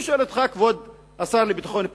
אני שואל אותך, כבוד השר לביטחון הפנים,